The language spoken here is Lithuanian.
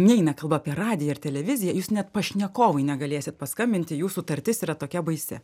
neeina kalba apie radiją ar televiziją jūs net pašnekovui negalėsit paskambinti jūsų tartis yra tokia baisi